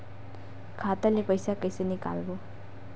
खाता ले पईसा कइसे निकालबो?